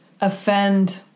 offend